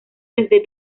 desde